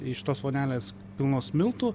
iš tos vonelės pilnos miltų